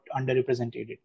underrepresented